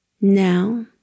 Now